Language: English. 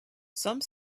some